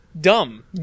Dumb